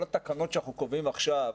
כל התקנות שאנחנו קובעים עכשיו,